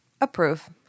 Approve